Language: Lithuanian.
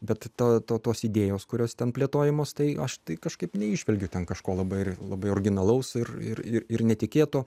bet to to tos tautos idėjos kurios ten plėtojamos tai aš tai kažkaip neįžvelgiu ten kažko labai labai originalaus ir ir netikėto